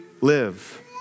live